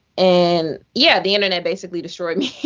and yeah. the internet basically destroyed me